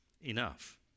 enough